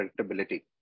predictability